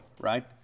Right